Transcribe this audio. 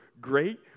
great